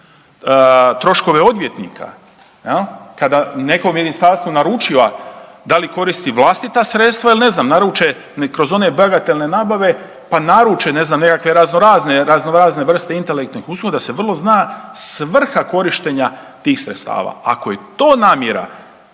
troškove odvjetnika, jel, kada neko ministarstvo naručiva da li koristi vlastita sredstva ili ne znam, naruče kroz one bagatalne nabave pa naruče ne znam, nekakve raznorazne vrste intelektualnih usluga da se vrlo zna svrha korištenja tih sredstava. Ako je to namjera,